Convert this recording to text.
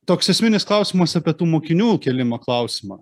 toks esminis klausimas apie tų mokinių kėlimo klausimą